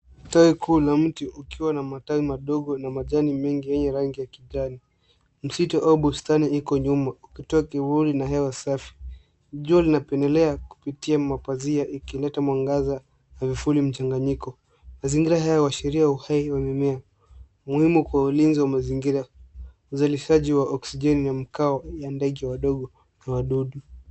Tawi kuu la mti ukiwa na matawi madogo na majani mengi yenye rangi ya kijani. Msitu au bustani iko nyuma ukitoa kivuli na hewa safi. Jua linapenyelea kupitia mapazia ikileta mwangaza na vivuli mchanganyiko. Mazingira ya hewa huashiria uhai wa mimea, muhimu kwa ulinzi wa mazingira, uzalishaji wa oksijeni na mkao ya ndege wadogo na wadudu.